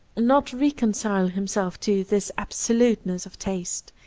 not reconcile himself to this absoluteness of taste,